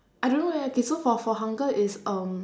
I don't know leh K so for for hunger is um